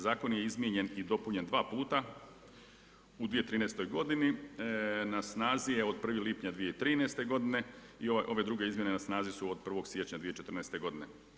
Zakon je izmijenjen i dopunjen dva puta, u 2013. godini, na snazi je od 01. lipnja 2013. godine i ove druge izmjene su na snazi od 01. siječnja 2014. godine.